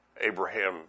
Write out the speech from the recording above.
Abraham